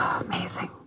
amazing